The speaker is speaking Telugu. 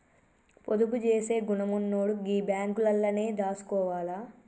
పొదుపు జేసే గుణమున్నోడు గీ బాంకులల్లనే దాసుకోవాల